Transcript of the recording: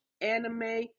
anime